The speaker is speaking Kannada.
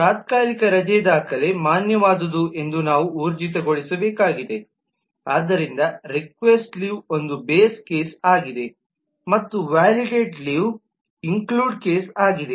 ತಾತ್ಕಾಲಿಕ ರಜೆ ದಾಖಲೆ ಮಾನ್ಯವಾದುದು ಎಂದು ನಾವು ಊರ್ಜಿತಗೊಳಿಸ ಬೇಕಾಗಿದೆ ಆದ್ದರಿಂದ ರಿಕ್ವೆಸ್ಟ್ ಲೀವ್ ಒಂದು ಬೇಸ್ ಕೇಸ್ ಆಗಿದೆ ಮತ್ತು ವಲಿಡೇಟ್ ಲೀವ್ ಇನ್ಕ್ಲ್ಯೂಡೆಡ್ ಕೇಸ್ ಆಗಿದೆ